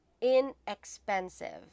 inexpensive